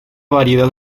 variedad